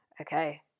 okay